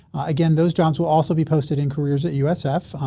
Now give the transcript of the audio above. again, those jobs will also be posted in careers at usf.